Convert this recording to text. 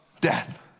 death